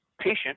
patient